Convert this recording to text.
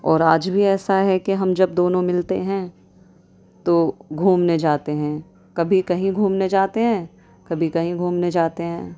اور آج بھی ایسا ہے کہ ہم جب دونوں ملتے ہیں تو گھومنے جاتے ہیں کبھی کہیں گھومنے جاتے ہیں کبھی کہیں گھومنے جاتے ہیں